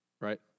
right